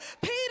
Peter